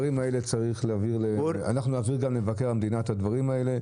אנחנו נעביר גם למבקר המדינה את הדברים האלה.